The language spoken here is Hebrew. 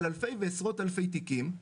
על אלפי ועשרות אלפי תיקים,